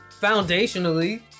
Foundationally